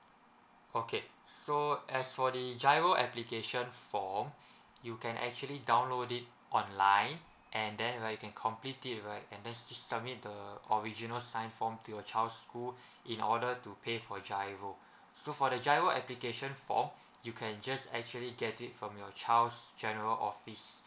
okay so as for the giro application form you can actually download it online and then right you can completely it right and then see submit the original sign form to your child's school in order to pay for giro so for the giro application form you can just actually get it from your child's general office